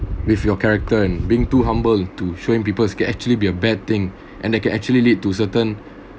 with your character and being too humble to showing peoples can actually be a bad thing and they can actually lead to certain